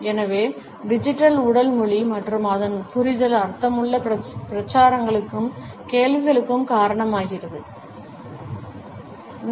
எனவே டிஜிட்டல் உடல் மொழி மற்றும் அதன் புரிதல் அர்த்தமுள்ள பிரச்சாரங்களுக்கும் கேள்விகளுக்கும் காரணமாகின்றன